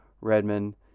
Redman